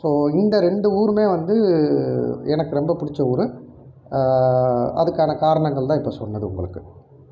so இந்த ரெண்டு ஊருமே வந்து எனக்கு ரொம்ப பிடிச்ச ஊர் அதுக்கான காரணங்கள் தான் இப்போ சொன்னது உங்களுக்கு